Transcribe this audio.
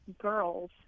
girls—